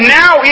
now